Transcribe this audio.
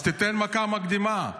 אז תיתן מכה מקדימה.